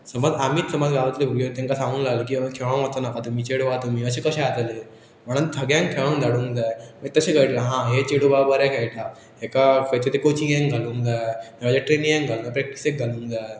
समज आमीच समज गावतले भुरगय तेंकां सांगूंक लागलो की हां खेळंक वचनाका तुमी चेडवा तुमी अशें कशें जातले म्हणण थग्यांक खेळं धाडूंक जायगी तश कळटले हा हे चेड बाबा बरे खेळटा हेका खंयच्या ते कोचिंगे घालंक जाय नाजाल्यार ट्रेनींगे घालंकाय प्रॅक्टीसेक घूंक जाय